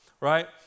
right